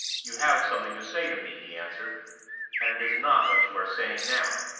you have something to say to me, he answered and it is not what you are saying now.